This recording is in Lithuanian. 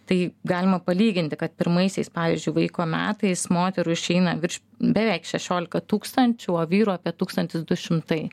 tai galima palyginti kad pirmaisiais pavyzdžiui vaiko metais moterų išeina virš beveik šešiolika tūkstančių o vyrų apie tūkstantis du šimtai